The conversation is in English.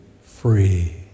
free